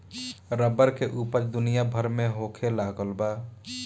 rubber के ऊपज दुनिया भर में होखे लगल बा